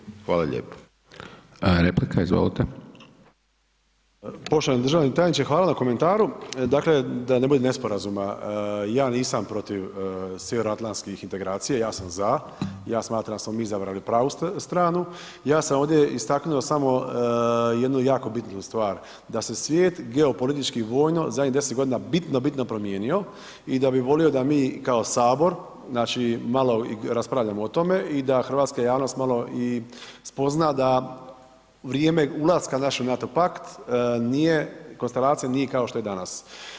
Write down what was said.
Poštovani državni tajniče, hvala na komentaru, dakle da ne bude nesporazuma, ja nisam protiv sjevernoatlantskih integracija, ja sam za, ja smatram da smo mi izabrali pravu stranu, ja sam ovdje istaknuo samo jednu jako bitno stvar, da se svijest geopolitički i vojno zadnjih 10 g. bitno, bitno promijenio i da bi volio da mi kao Sabor, znači malo raspravljamo i tome i da hrvatska javnost malo i spozna da vrijeme ulaska našeg u NATO pakt nije konstelacija kao što je danas.